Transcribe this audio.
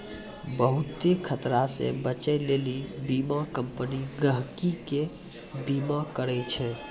बहुते खतरा से बचै लेली बीमा कम्पनी गहकि के बीमा करै छै